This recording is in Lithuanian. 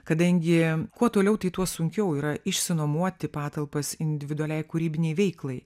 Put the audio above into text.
kadangi kuo toliau tai tuo sunkiau yra išsinuomoti patalpas individualiai kūrybinei veiklai